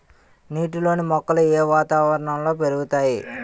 నీటిలోని మొక్కలు ఏ వాతావరణంలో పెరుగుతాయి?